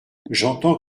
j’entends